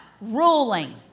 Ruling